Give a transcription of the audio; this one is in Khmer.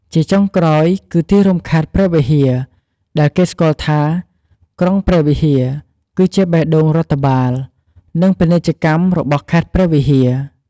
ជាចុងក្រោយគឺ ទីរួមខេត្តព្រះវិហារដែលគេស្គាល់ថា ក្រុងព្រះវិហារ គឺជាបេះដូងរដ្ឋបាល និងពាណិជ្ជកម្មរបស់ខេត្តព្រះវិហារ។